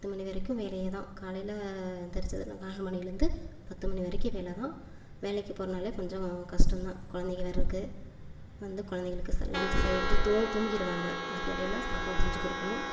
பத்து மணி வரைக்கும் வேலையேதான் காலையில் எழுந்துருச்ச நாலு மணிலேருந்து பத்து மணி வரைக்கும் வேலைதான் வேலைக்கு போகிறனாலே கொஞ்சம் கஷ்டந்தான் குழந்தைங்க வேறு இருக்குது வந்து குழந்தைங்களுக்கு ச லன்ச் செஞ்சு தூ தூங்கிடுவாங்க அதுக்கு இடையில சாப்பாடு செஞ்சு கொடுக்குணும்